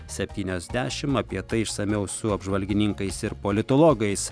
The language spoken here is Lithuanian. septynios dešim apie tai išsamiau su apžvalgininkais ir politologais